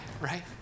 right